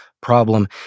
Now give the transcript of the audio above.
problem